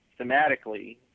thematically